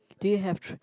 do you have three